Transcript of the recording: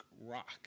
rock